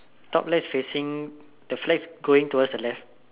top left facing the flag is going towards the left